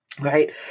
right